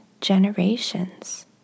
generations